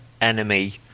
enemy